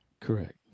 Correct